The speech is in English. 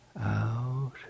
out